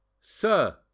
Sir